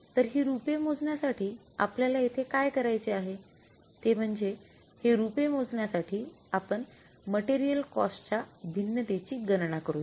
तर हि रूपे मोजण्या साठी आपल्याला येथे काय करायचे आहे ते म्हणजे हे रूपे मोजण्यासाठी आपण मटेरियल कॉस्ट च्या भिन्नतेची गणना करूया